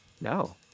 No